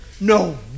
no